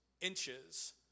inches